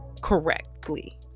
correctly